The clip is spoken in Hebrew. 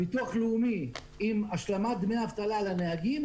הביטוח הלאומי עם השלמת דמי אבטלה לנהגים,